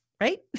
right